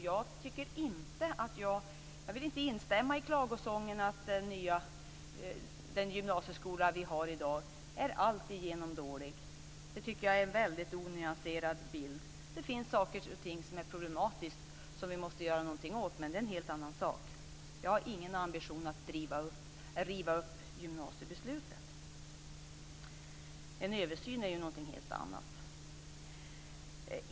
Jag vill inte instämma i klagosången att den gymnasieskola vi har i dag är alltigenom dålig. Det tycker jag är en väldigt onyanserad bild. Det finns saker och ting som är problematiska och som vi måste göra någonting åt, men det är en helt annan sak. Jag har ingen ambition att riva upp gymnasiebeslutet. En översyn är någonting helt annat.